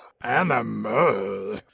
Animal